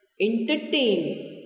entertain